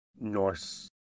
Norse